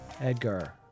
Edgar